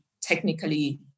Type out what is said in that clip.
technically